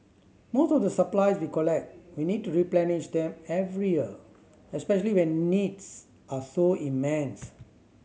most of the supplies we collect we need to replenish them every year especially when needs are so immense